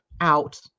out